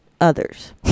others